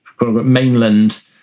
mainland